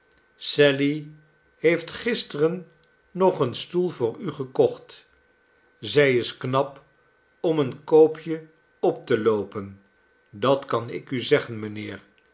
sally heeft gisteren nog een stoel voor u gekocht zij is knap om een koopje op te loopen dat kan ik u zeggen mijnheer